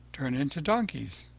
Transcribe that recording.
turn into donkeys.